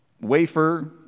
wafer